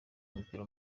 w’umupira